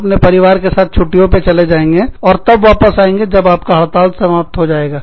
हम अपने परिवार के साथ छुट्टियों पर चले जाएंगे और तब वापस आएँगे जब आपका हड़ताल समाप्त हो जाएगा